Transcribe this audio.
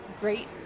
great